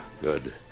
Good